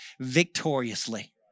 victoriously